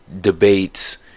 debates